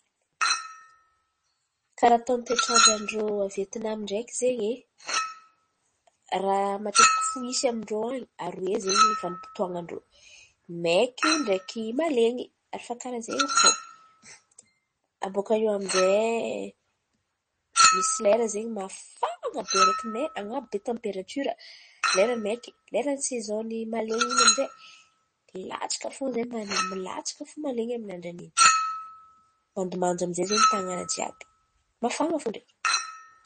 Karàha toetrandran-drô a Vietnam ndraiky zen̈y, raha matetiky fo misy amin-drô an̈y aroe vanim-potoan̈an-drô: maiky ndraiky malen̈y, ary fa karàha zen̈y fo. Abaka iô aminjay misy lera zen̈y mafana be, an̈abo be tamperatiora lera maiky. Lera saizon ny malen̈y in̈y aminjay, latsaka fo ze male- maleny, latsika fo ze amin'ny andran'in̈y. Mandomando amizay ze tan̈àna jiàby.